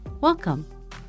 Welcome